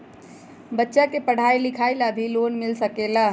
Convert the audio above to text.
बच्चा के पढ़ाई लिखाई ला भी लोन मिल सकेला?